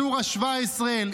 סורה 17,